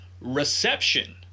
reception